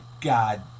God